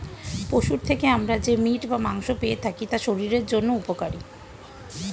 পশুর থেকে আমরা যে মিট বা মাংস পেয়ে থাকি তা শরীরের জন্য উপকারী